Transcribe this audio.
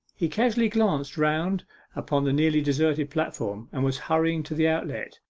he casually glanced round upon the nearly deserted platform, and was hurrying to the outlet,